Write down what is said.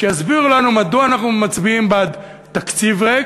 שיסבירו לנו מדוע אנחנו מצביעים בעד תקציב ריק,